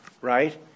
Right